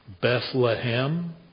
Bethlehem